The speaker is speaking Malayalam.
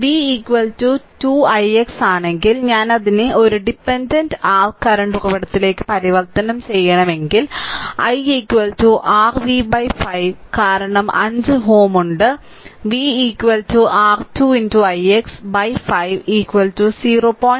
V 2 ix ആണെങ്കിൽ ഞാൻ അതിനെ ഒരു ഡിപെൻഡന്റ് r കറന്റ് ഉറവിടത്തിലേക്ക് പരിവർത്തനം ചെയ്യണമെങ്കിൽ i r v 5 കാരണം 5Ω ഉണ്ട് v r 2 ix 5 0